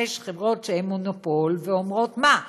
שש חברות שהן מונופול ואומרות: מה?